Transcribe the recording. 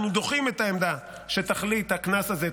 אנחנו דוחים את העמדה שתכלית הקנס הזה,